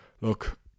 look